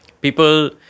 People